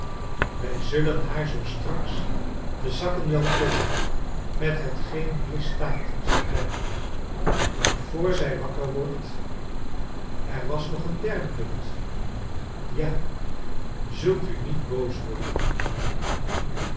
wij zullen haar zoo straks de zakken wel vullen met hetgeen hier staat zei clennam maar voor zij wakker wordt er was nog een derde punt ja zult u niet boos worden mijnheer